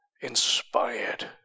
inspired